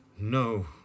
No